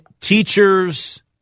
teachers